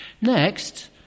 Next